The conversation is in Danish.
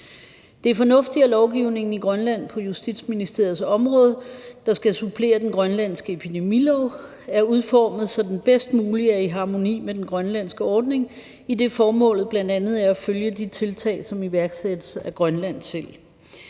Det er fornuftigt, at lovgivningen i Grønland på Justitsministeriets område, der skal supplere den grønlandske epidemilov, er udformet, så den bedst muligt er i harmoni med den grønlandske ordning, idet formålet bl.a. er at følge de tiltag, som iværksættes af Grønland selv.